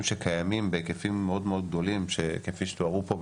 שקיימים בהיקפים מאוד גדולים כפי שתוארו פה,